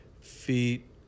feet